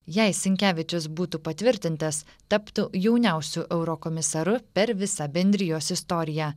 jei sinkevičius būtų patvirtintas taptų jauniausiu eurokomisaru per visą bendrijos istoriją